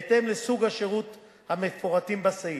בהתאם לסוגי השירות המפורטים בסעיף: